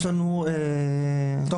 יש